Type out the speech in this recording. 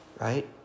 right